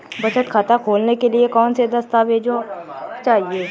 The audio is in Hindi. बचत खाता खोलने के लिए कौनसे दस्तावेज़ चाहिए?